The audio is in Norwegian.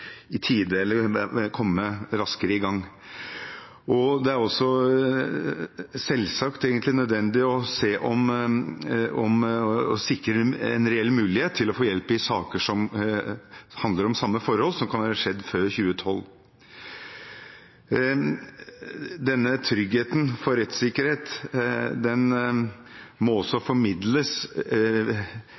arbeidet kan komme raskere i gang. Det er selvsagt også nødvendig å sikre en reell mulighet til å få hjelp i saker som handler om samme forhold som kan være skjedd før 2012. Denne tryggheten for rettssikkerhet må også skje på den måten at ordningen formidles